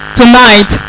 tonight